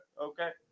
okay